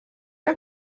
are